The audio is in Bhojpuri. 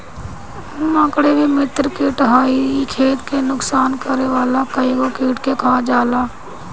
मकड़ी भी मित्र कीट हअ इ खेत के नुकसान करे वाला कइगो कीट के खा जाला